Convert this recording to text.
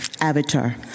Avatar